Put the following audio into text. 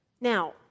Now